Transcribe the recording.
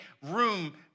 room